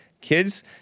kids